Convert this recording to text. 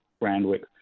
Randwick